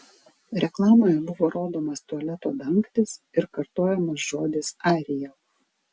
reklamoje buvo rodomas tualeto dangtis ir kartojamas žodis ariel